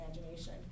imagination